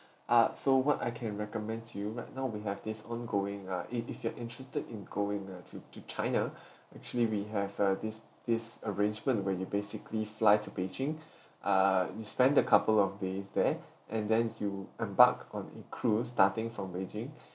ah so what I can recommend to you right now we have this ongoing ah if if you are interested in going uh to to china actually we have a this this arrangement when you basically fly to beijing uh you spend a couple of days there and then you embark on a cruise starting from beijing